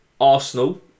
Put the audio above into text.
Arsenal